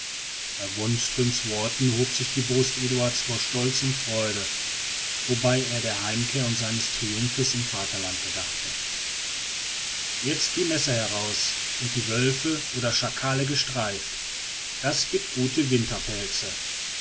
bei wonströms worten hob sich die brust eduards vor stolz und freude wobei er der heimkehr und seines triumphes im vaterlande gedachte jetzt die messer heraus und die wölfe oder schakale gestreift das gibt gute